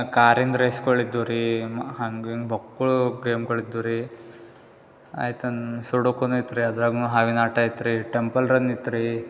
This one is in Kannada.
ಕಾರಿಂದು ರೇಸ್ಗಳು ಇದ್ದು ರೀ ಮ ಹಂಗಿಂಗೆ ಬೊಕ್ಳು ಗೇಮ್ಗಳಿದ್ದು ರೀ ಐತನ ಸುಡುಕೊನು ಇತ್ತು ರೀ ಅದರಾಗೂ ಹಾವಿನಾಟ ಇತ್ತು ರೀ ಟೆಂಪಲ್ ರನ್ ಇತ್ತು ರೀ